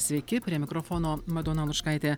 sveiki prie mikrofono madona lučkaitė